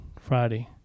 Friday